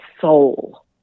soul